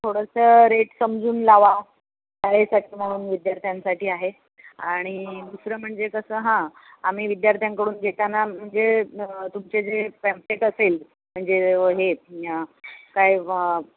थोडंसं रेट समजून लावा शाळेसाठी म्हणून विद्यार्थ्यांसाठी आहे आणि दुसरं म्हणजे कसं हां आम्ही विद्यार्थ्यांकडून घेताना म्हणजे तुमचे जे पॅम्पलेट असेल म्हणजे हे काय